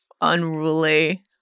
unruly